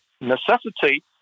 necessitate